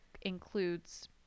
includes